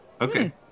Okay